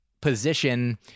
position